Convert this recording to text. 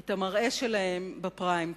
את המראה שלהם בפריים-טיים.